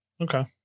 Okay